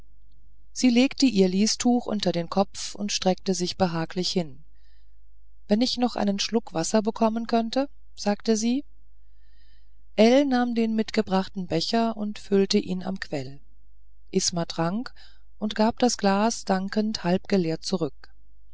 sie legte ihr listuch unter den kopf und streckte sich behaglich hin wenn ich noch einen schluck wasser bekommen könnte sagte sie ell nahm den mitgebrachten becher und füllte ihn am quell isma trank und gab das glas dankend halb geleert zurück